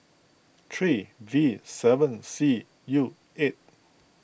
three V seven C U eight